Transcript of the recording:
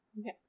Okay